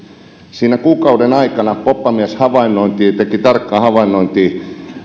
siinä kuukauden aikana poppamies teki tarkkaa havainnointia